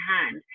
hand